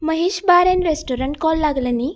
Mahesh bar and restaurant call लागलें न्ही